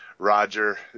Roger